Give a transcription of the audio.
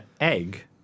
egg